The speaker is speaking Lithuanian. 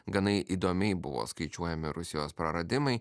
gana įdomiai buvo skaičiuojami rusijos praradimai